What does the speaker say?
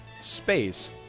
space